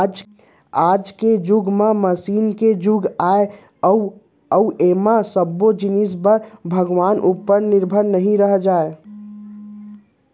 आज के जुग ह मसीन के जुग आय अउ ऐमा सब्बो जिनिस बर भगवान उपर निरभर नइ रहें जाए